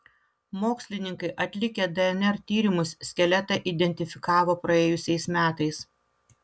mokslininkai atlikę dnr tyrimus skeletą identifikavo praėjusiais metais